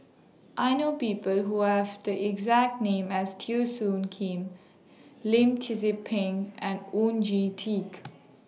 I know People Who Have The exact name as Teo Soon Kim Lim Tze Peng and Oon Jin Teik